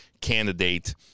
candidate